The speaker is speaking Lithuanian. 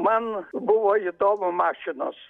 man buvo įdomu mašinos